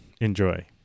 Enjoy